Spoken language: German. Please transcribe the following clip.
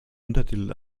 untertitel